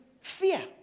fear